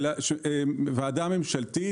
של ועדה ממשלתית,